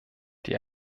die